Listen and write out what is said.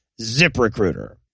ZipRecruiter